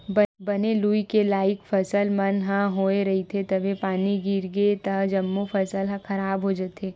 बने लूए के लइक फसल मन ह होए रहिथे तभे पानी गिरगे त जम्मो फसल ह खराब हो जाथे